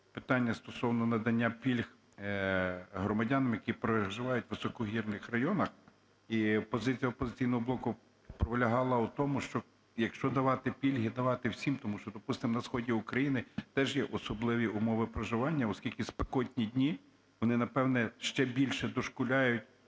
питання стосовно надання пільг громадянам, які проживають у високогірних районах, і позиція "Опозиційного блоку" полягала у тому, що якщо давати пільги – давати всім. Тому що, допустимо, на сході України теж є особливі умови проживання, оскільки спекотні дні, вони, напевно, ще більше дошкуляють